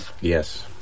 Yes